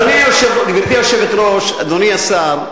גברתי היושבת-ראש, אדוני השר,